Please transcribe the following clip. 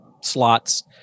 slots